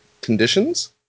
conditions